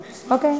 אוקיי.